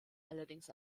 allerdings